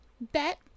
Bet